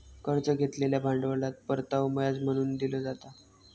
कर्ज घेतलेल्या भांडवलात परतावो व्याज म्हणून दिलो जाता